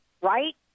right